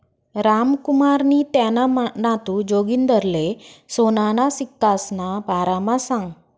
रामकुमारनी त्याना नातू जागिंदरले सोनाना सिक्कासना बारामा सांगं